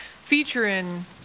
featuring